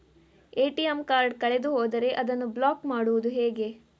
ATM card ಕಳೆದು ಹೋದರೆ ಅದನ್ನು ಬ್ಲಾಕ್ ಮಾಡುವುದು ಹೇಗೆ?